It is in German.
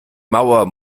mauer